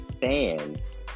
fans